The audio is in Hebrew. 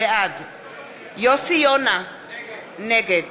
בעד יוסי יונה, נגד